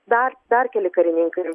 dar dar keli karininkai